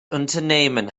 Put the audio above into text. unternehmen